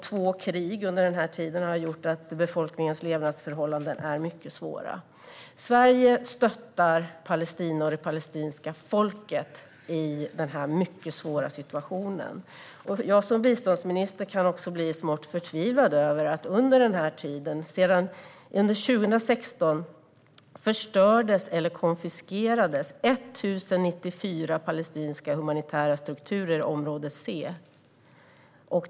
Två krig under den här tiden har gjort att befolkningens levnadsförhållanden är mycket svåra. Sverige stöttar Palestina och det palestinska folket i den här mycket svåra situationen. Också jag som biståndsminister kan bli smått förtvivlad över att sedan 2016 har 1 094 palestinska humanitära strukturer i område C förstörts eller konfiskerats.